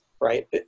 right